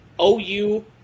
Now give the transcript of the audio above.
OU